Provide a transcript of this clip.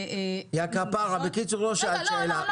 כפרה, בקיצור, לא שאלת שאלה.